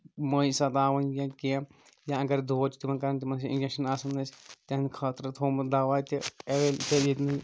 مٔہۍ ستاؤنۍ یا کیٚنٛہہ یا اَگر دود چھِ تِمن کران تِمن چھِ اِنجیکشن آسن اَسہِ تیہٕندِ خٲطرٕ تھومُت دوا تہِ اویلیبل ییٚتۍنی